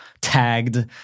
tagged